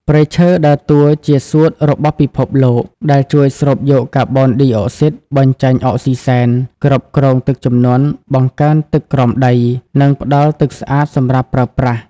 ព្រៃឈើដើរតួជាសួតរបស់ពិភពលោក ដែលជួយស្រូបយកកាបូនឌីអុកស៊ីត បញ្ចេញអុកស៊ីសែន គ្រប់គ្រងទឹកជំនន់ បង្កើនទឹកក្រោមដី និងផ្តល់ទឹកស្អាតសម្រាប់ប្រើប្រាស់។